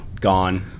gone